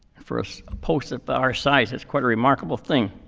for so a post of but our size, it's quite a remarkable thing.